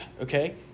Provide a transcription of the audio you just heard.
Okay